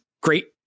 great